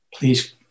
Please